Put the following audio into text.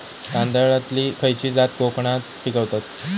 तांदलतली खयची जात कोकणात पिकवतत?